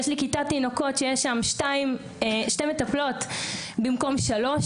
יש לי כיתת תינוקות שיש שם שתי מטפלות במקום שלוש,